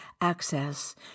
access